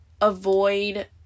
avoid